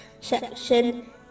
section